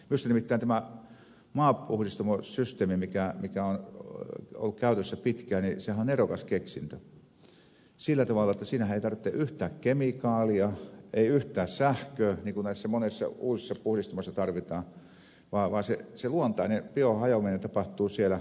minusta nimittäin tämä maapuhdistamosysteemi mikä on ollut käytössä pitkään on nerokas keksintö sillä tavalla että siinähän ei tarvita yhtään kemikaalia ei yhtään sähköä niin kuin näissä monissa uusissa puhdistamoissa tarvitaan vaan se luontainen biohajoaminen tapahtuu siellä